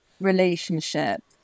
relationship